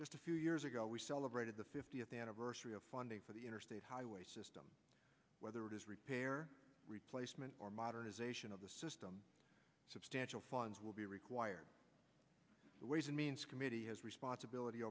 just a few years ago we celebrated the fiftieth anniversary of funding for the interstate highway system whether it is repair or replacement or modernization of the system substantial funds will be required the ways and means committee has responsibility